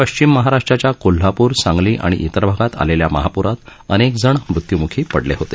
पश्चिम महाराष्ट्राच्या कोल्हापूर सांगली आणि इतर भागात आलेल्या महापूरात अनेक जण मृत्यूमुखी पडले होते